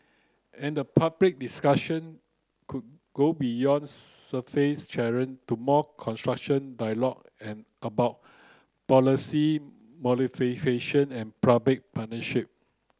and the public discussion could go beyond surface to more construction dialogue an about policy modification and public partnership